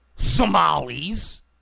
Somalis